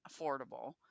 affordable